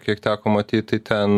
kiek teko matyti ten